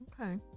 Okay